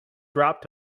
dropped